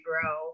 grow